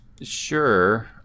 Sure